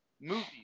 movies